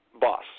boss